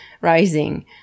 rising